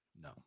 No